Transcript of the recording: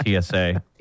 TSA